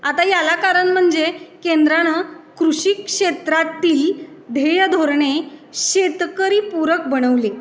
आता याला कारण म्हणजे केंद्रानं कृषी क्षेत्रातील ध्येय धोरणे शेतकरी पूरक बनवले